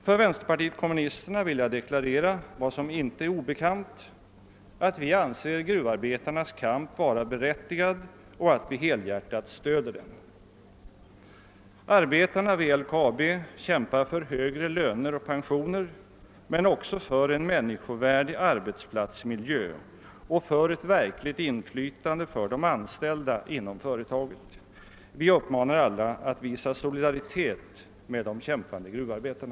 För vänsterpartiet kommunisterna vill jag deklarera vad som inte är obekant, att vi anser gruvarbetarnas kamp vara berättigad och helhjärtat stöder den. Arbetarna vid LKAB kämpar för högre löner och pensioner men också för en människovärdig arbetsplatsmiljö och ett verkligt inflytande för de anställda inom företaget. Vi uppmanar alla att visa solidaritet med de kämpande gruvarbetarna.